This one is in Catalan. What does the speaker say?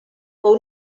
fou